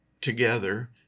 together